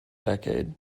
decade